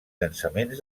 llançaments